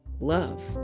love